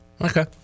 Okay